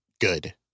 good